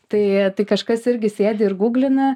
tai tai kažkas irgi sėdi ir gūglina